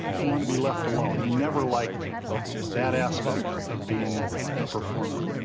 he wanted to be left alone. he never liked that aspect of being a performer.